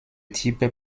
type